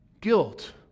Guilt